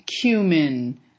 cumin